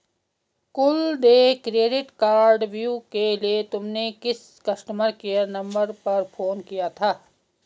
कुल देय क्रेडिट कार्डव्यू के लिए तुमने किस कस्टमर केयर नंबर पर फोन किया था?